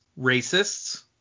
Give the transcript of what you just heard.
Racists